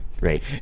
Right